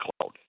Cloud